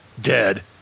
dead